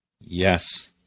Yes